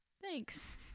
Thanks